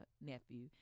nephew